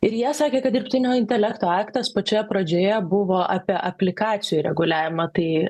ir jie sakė kad dirbtinio intelekto aktas pačioje pradžioje buvo apie aplikacijų reguliavimą tai